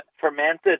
fermented